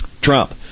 Trump